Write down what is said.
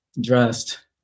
dressed